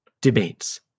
debates